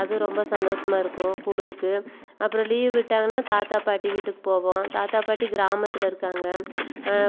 அது ரொம்ப சந்தோசமாக இருக்கும் குளிருக்கு அப்புறம் லீவ் விட்டாங்கன்னால் தாத்தா பாட்டி வீட்டுக்கு போவோம் தாத்தா பாட்டி கிராமத்தில் இருக்காங்கள்